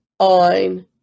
on